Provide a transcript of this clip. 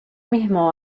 mismo